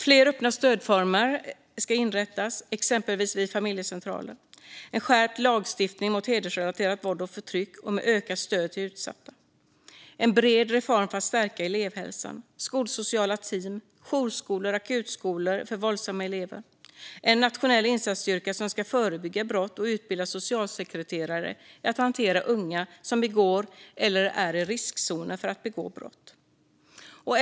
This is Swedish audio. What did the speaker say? Fler öppna stödformer ska inrättas, exempelvis vid familjecentraler. Lagstiftningen mot hedersrelaterat våld och förtryck ska skärpas, och stödet till utsatta ska ökas. En bred reform för att stärka elevhälsan ska genomföras, och det ska finnas skolsociala team och jourskolor eller akutskolor för våldsamma elever. Det ska införas en nationell insatsstyrka som ska förebygga brott och utbilda socialsekreterare i att hantera unga som begår eller är i riskzonen för att begå brott.